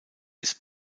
ist